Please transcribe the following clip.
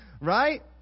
Right